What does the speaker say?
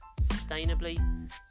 sustainably